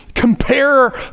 compare